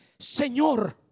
Señor